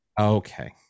okay